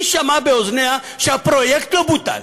היא שמעה באוזניה שהפרויקט לא בוטל,